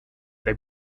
they